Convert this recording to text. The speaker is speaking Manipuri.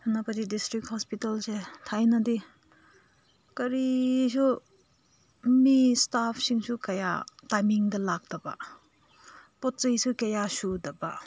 ꯁꯦꯅꯥꯄꯇꯤ ꯗꯤꯁꯇ꯭ꯔꯤꯛ ꯍꯣꯁꯄꯤꯇꯥꯜꯁꯦ ꯊꯥꯏꯅꯗꯤ ꯀꯔꯤꯁꯨ ꯃꯤ ꯏꯁꯇꯥꯐꯁꯤꯡꯁꯨ ꯀꯌꯥ ꯇꯥꯏꯃꯤꯡꯗ ꯂꯥꯛꯇꯕ ꯄꯣꯠ ꯆꯩꯁꯨ ꯀꯌꯥ ꯁꯨꯗꯕ